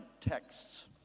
texts